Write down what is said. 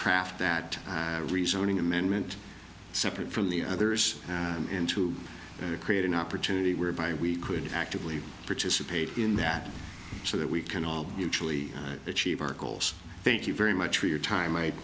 craft that rezoning amendment separate from the others and to create an opportunity whereby we could actively participate in that so that we can all usually achieve our goals thank you very much for your time i